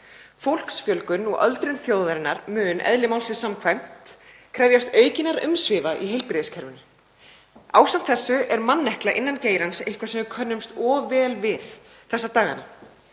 Fólksfjölgun og öldrun þjóðarinnar mun eðli málsins samkvæmt krefjast aukinna umsvifa í heilbrigðiskerfinu. Ásamt þessu er mannekla innan geirans eitthvað sem við könnumst of vel við þessa dagana.